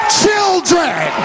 children